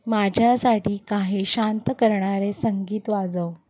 माझ्यासाठी काही शांत करणारे संगीत वाजव